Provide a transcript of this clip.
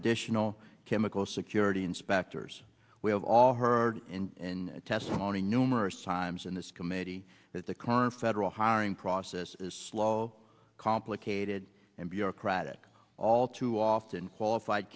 additional chemical security inspectors we have all heard in testimony numerous times in this committee that the current federal hiring process is slow complicated and bureaucratic all too often qualified